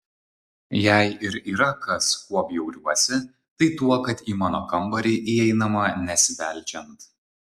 jei ir yra kas kuo bjauriuosi tai tuo kad į mano kambarį įeinama nesibeldžiant